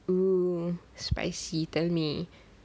!woo! spicy tell me